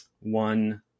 one